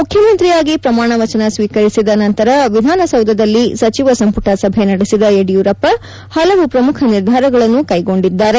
ಮುಖ್ಯಮಂತ್ರಿಯಾಗಿ ಪ್ರಮಾಣವಚನ ಸ್ವೀಕರಿಸಿದ ನಂತರ ವಿಧಾನಸೌಧದಲ್ಲಿ ಸಚಿವ ಸಂಪುಟ ಸಭೆ ನಡೆಸಿದ ಯಡಿಯೂರಪ್ಪ ಹಲವು ಪ್ರಮುಖ ನಿರ್ಧಾರಗಳನ್ನು ಕ್ಲೆಗೊಂಡಿದ್ದಾರೆ